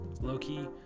Low-key